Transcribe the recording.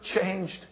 changed